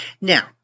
Now